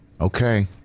Okay